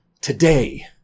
Today